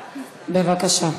בבקשה,